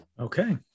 Okay